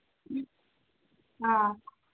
ꯑ